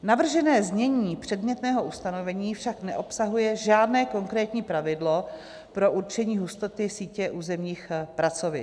Navržené znění předmětného ustanovení však neobsahuje žádné konkrétní pravidlo pro určení hustoty sítě územních pracovišť.